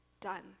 Done